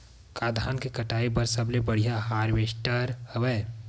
का धान के कटाई बर सबले बढ़िया हारवेस्टर हवय?